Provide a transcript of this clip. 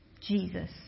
Jesus